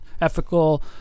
ethical